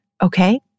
Okay